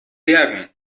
bergen